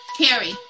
Carrie